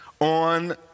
on